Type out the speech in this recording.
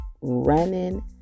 running